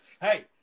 hey